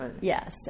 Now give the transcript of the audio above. Yes